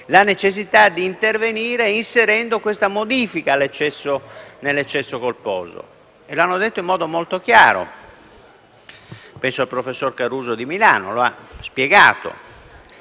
la necessità di intervenire inserendo questa modifica nell'eccesso colposo. Lo hanno detto in modo molto chiaro. Penso al professor Caruso di Milano, che lo ha spiegato.